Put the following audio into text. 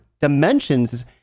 dimensions